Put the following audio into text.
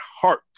heart